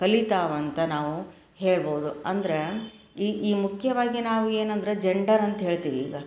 ಕಲೀತಾವೆ ಅಂತ ನಾವು ಹೇಳ್ಬೌದು ಅಂದರೆ ಈ ಈಗ ಮುಖ್ಯವಾಗಿ ನಾವು ಏನು ಅಂದ್ರೆ ಜೆಂಡರ್ ಅಂತ ಹೇಳ್ತೀವಿ ಈಗ